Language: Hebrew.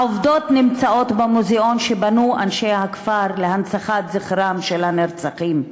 העובדות נמצאות במוזיאון שבנו אנשי הכפר להנצחת זכרם של הנרצחים.